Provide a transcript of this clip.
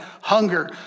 hunger